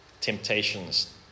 temptations